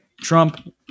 Trump